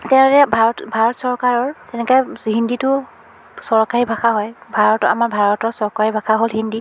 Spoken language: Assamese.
তেওঁৰে ভাৰত ভাৰত চৰকাৰৰ তেনেকৈ হিন্দীটো চৰকাৰী ভাষা হয় ভাৰতৰ আমাৰ ভাৰতৰ চৰকাৰী ভাষা হ'ল হিন্দী